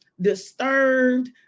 disturbed